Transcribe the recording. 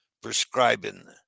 prescribing